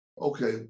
okay